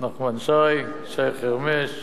נחמן שי, שי חרמש,